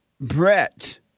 Brett